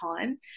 time